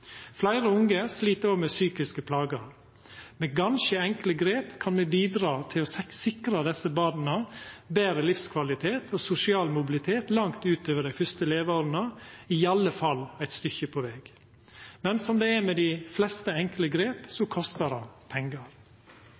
Fleire unge slit òg med psykiske plager. Med ganske enkle grep kan me bidra til å sikra desse barna betre livskvalitet og sosial mobilitet langt utover dei fyrste leveåra, i alle fall eit stykke på veg. Men som det er med dei fleste enkle grep, kostar dei pengar. Det